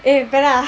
bit better